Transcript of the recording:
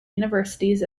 universities